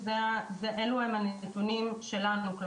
אלה הנתונים שלנו.